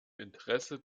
interesse